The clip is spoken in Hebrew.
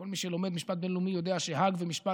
כל מי שלומד משפט בין-לאומי יודע שהאג ומשפט